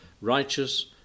righteous